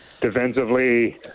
defensively